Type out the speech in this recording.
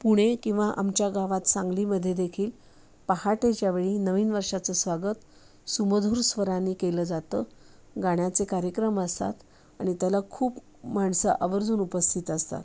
पुणे किंवा आमच्या गावात सांगलीमध्ये देखील पहाटेच्या वेळी नवीन वर्षाचं स्वागत सुमधूर स्वराने केलं जातं गाण्याचे कार्यक्रम असतात आणि त्याला खूप माणसं आवर्जून उपस्थित असतात